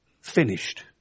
finished